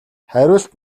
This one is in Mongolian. хариулт